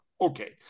okay